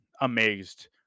amazed